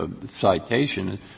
citation